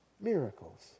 miracles